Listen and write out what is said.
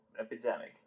epidemic